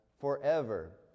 forever